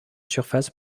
surface